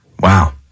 Wow